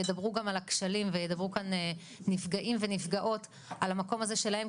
ידברו גם על הכשלים וידברו כאן נפגעים ונפגעות על המקום הזה שלהם,